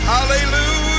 Hallelujah